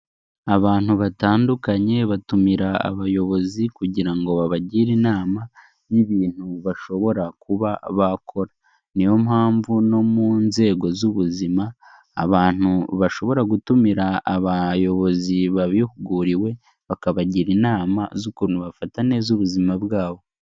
Abantu batandukanye batumira abayobozi kugira ngo babagire inama y'ibintu bashobora kuba bakora, niyo mpamvu no mu nzego z'ubuzima abantu bashobora gutumira abayobozi babihuguriwe bakabagira inama z'ukuntu bafata neza ubuzima bwabo.